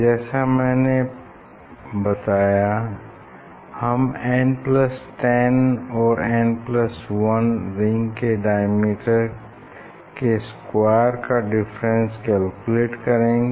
जैसा मैंने बताया हम n10 और n1 रिंग्स के डायमीटर के स्क्वायर का डिफरेंस कैलकुलेट करेंगे